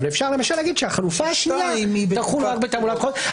אבל אפשר למשל להגיד שהחלופה השנייה תחול רק בתעמולת בחירות.